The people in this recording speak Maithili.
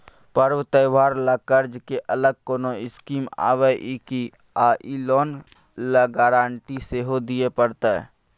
पर्व त्योहार ल कर्ज के अलग कोनो स्कीम आबै इ की आ इ लोन ल गारंटी सेहो दिए परतै?